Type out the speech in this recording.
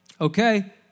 Okay